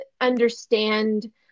understand